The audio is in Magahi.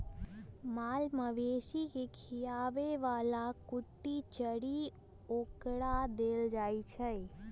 माल मवेशी के खीयाबे बला कुट्टी चरी ओकरा देल जाइ छै